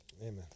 Amen